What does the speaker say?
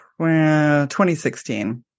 2016